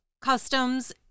customs